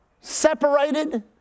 separated